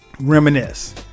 Reminisce